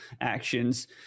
actions